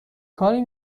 کاری